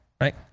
right